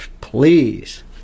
please